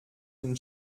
den